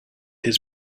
his